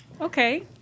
Okay